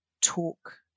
talk